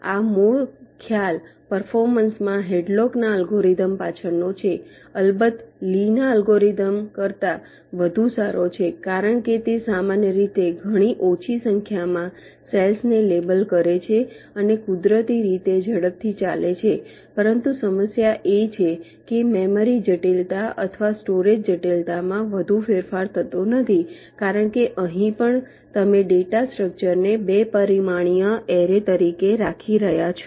આ મૂળ ખ્યાલ પર્ફોર્મન્સમાં હેડલોકના અલ્ગોરિધમ પાછળનો છે અલબત્ત લીના અલ્ગોરિધમ કરતાં વધુ સારો છે કારણ કે તે સામાન્ય રીતે ઘણી ઓછી સંખ્યામાં સેલ્સ ને લેબલ કરે છે અને કુદરતી રીતે ઝડપથી ચાલે છે પરંતુ સમસ્યા એ છે કે મેમરી જટિલતા અથવા સ્ટોરેજ જટિલતામાં વધુ ફેરફાર થતો નથી કારણ કે અહીં પણ તમે ડેટા સ્ટ્રક્ચરને 2 પરિમાણીય એરે તરીકે રાખી રહ્યાં છો